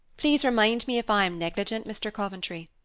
please remind me if i am negligent, mr. coventry.